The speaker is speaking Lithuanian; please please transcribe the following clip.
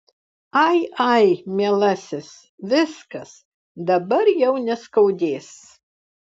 ai ai mielasis viskas dabar jau neskaudės